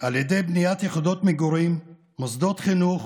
על ידי בניית יחידות מגורים, מוסדות חינוך,